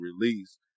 released